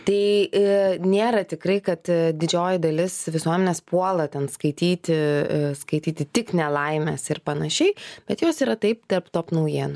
tai nėra tikrai kad didžioji dalis visuomenės puola ten skaityti skaityti tik nelaimes ir panašiai bet jos yra taip tarp top naujienų